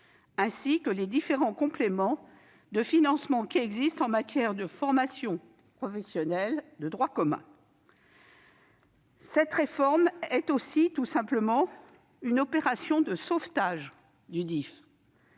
ainsi que les différents compléments de financement qui existent en matière de formation professionnelle de droit commun. Cette réforme est aussi, tout simplement, une opération de sauvetage du DIFE,